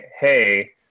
hey